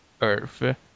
Earth